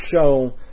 show